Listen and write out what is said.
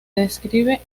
describe